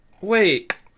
Wait